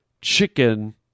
chicken